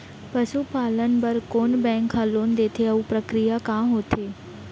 पसु पालन बर कोन बैंक ह लोन देथे अऊ प्रक्रिया का होथे?